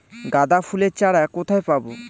গাঁদা ফুলের চারা কোথায় পাবো?